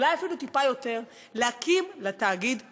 אולי אפילו טיפה יותר, להקים לתאגיד דירקטוריון.